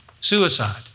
Suicide